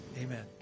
Amen